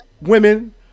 women